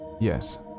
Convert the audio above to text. Yes